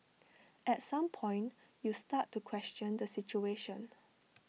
at some point you start to question the situation